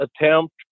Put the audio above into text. attempt